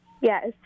yes